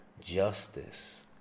justice